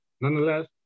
nonetheless